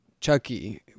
Chucky